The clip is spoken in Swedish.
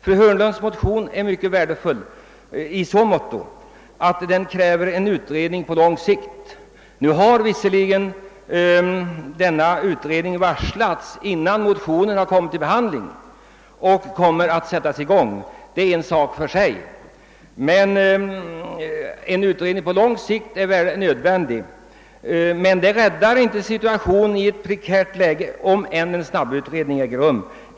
Fru Hörnlunds motion är värdefull i så måtto att däri krävs en utredning på lång sikt. Nu har visserligen denna utredning aviserats innan motionen blev behandlad, och utredningen kommer ju att sättas i gång. En utredning på lång sikt är nödvändig, men situationen i ett prekärt läge räddas inte ens om en snabbutredning äger rum.